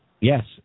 Yes